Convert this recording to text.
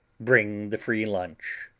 bring the free lunch.